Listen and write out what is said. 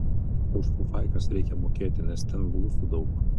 už fufaikas reikia mokėti nes ten blusų daug